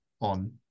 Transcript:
on